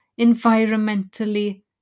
environmentally